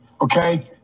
Okay